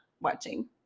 watching